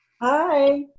Hi